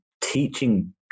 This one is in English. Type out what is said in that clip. teaching